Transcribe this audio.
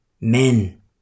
Men